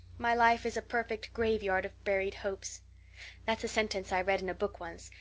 my life is a perfect graveyard of buried hopes that's a sentence i read in a book once,